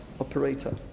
operator